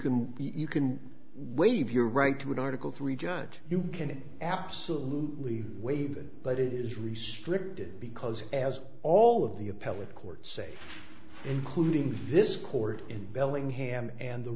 can you can waive your right to an article three judge you can absolutely waive that but it is restricted because as all of the appellate courts say including this court in bellingham and the